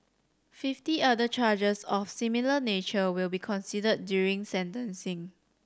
fifty other charges of similar nature will be considered during sentencing